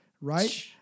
right